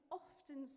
often